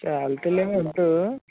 శాల్తీలేమీ వద్దు